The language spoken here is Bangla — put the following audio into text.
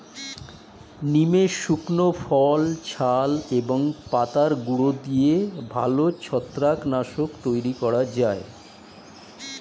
নিমের শুকনো ফল, ছাল এবং পাতার গুঁড়ো দিয়ে ভালো ছত্রাক নাশক তৈরি করা যায়